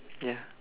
ya